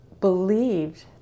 believed